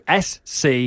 SC